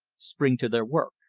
spring to their work.